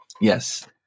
Yes